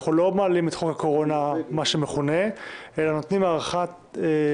אנחנו לא מעלים את מה שמכונה חוק הקורונה,